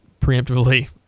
preemptively